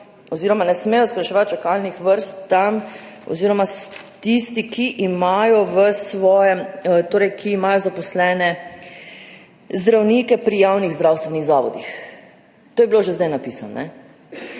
oziroma ne smejo skrajševati čakalnih vrst tam oziroma tisti, ki imajo zaposlene zdravnike pri javnih zdravstvenih zavodih. To je bilo že zdaj napisano. In